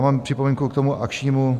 Mám připomínku k tomu akčnímu...